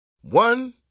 One